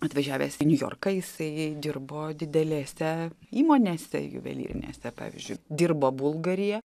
atvažiavęs į niujorką jisai dirbo didelėse įmonėse juvelyrinėse pavyzdžiui dirbo bulgaryje